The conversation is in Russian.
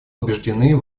убеждены